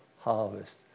harvest